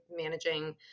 managing